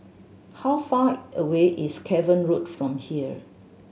how far away is Cavan Road from here